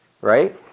right